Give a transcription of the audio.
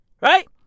Right